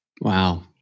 Wow